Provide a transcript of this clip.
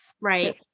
right